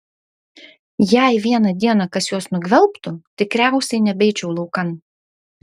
jei vieną dieną kas juos nugvelbtų tikriausiai nebeičiau laukan